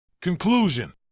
Conclusion